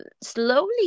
slowly